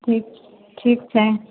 ठीक छै